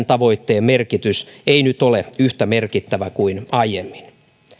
tavoitteen merkitys ei nyt ole yhtä merkittävä kuin aiemmin